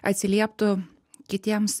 atsilieptų kitiems